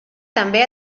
també